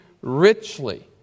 richly